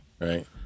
right